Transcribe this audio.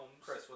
Chris